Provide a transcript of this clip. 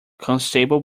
constable